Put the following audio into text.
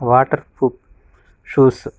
waterproof shoes